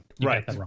right